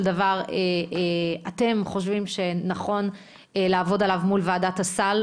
דבר אתם חושבים שנכון לעבוד עליו מול ועדת הסל,